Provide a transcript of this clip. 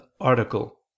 Article